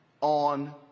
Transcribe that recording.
on